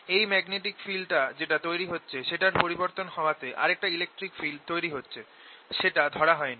এই ম্যাগনেটিক ফিল্ডটা যেটা তৈরি হচ্ছে সেটার পরিবর্তন হওয়াতে আরেকটা ইলেকট্রিক ফিল্ড তৈরি হচ্ছে সেটা ধরা হয় নি